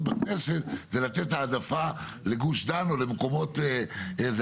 בכנסת זה לתת העדפה לגוש דן או למקומות אחרים,